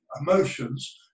emotions